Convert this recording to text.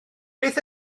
beth